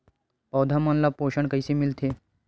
पौधा मन ला पोषण कइसे मिलथे?